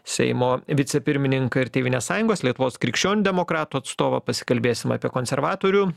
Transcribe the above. seimo vicepirmininką ir tėvynės sąjungos lietuvos krikščionių demokratų atstovą pasikalbėsim apie konservatorių